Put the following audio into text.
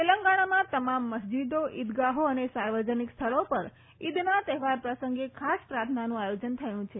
તેલંગાણામાં તમામ મસ્જદો ઇદગાફો અને સાર્વજનિક સ્થળો પર ઇદના તફેવાર પ્રસંગે ખાસ પ્રાર્થનાનું આયોજન થયું છે